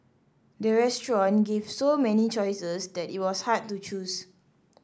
the restaurant gave so many choices that it was hard to choose